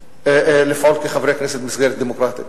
לפעול כחברי כנסת במסגרת דמוקרטית.